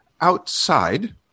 outside